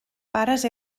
pares